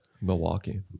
milwaukee